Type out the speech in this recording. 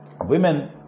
Women